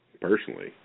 Personally